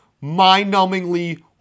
mind-numbingly